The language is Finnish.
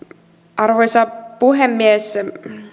arvoisa puhemies